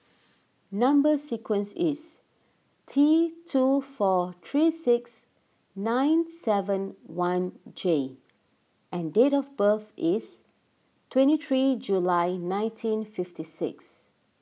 Number Sequence is T two four three six nine seven one J and date of birth is twenty three July nineteen fifty six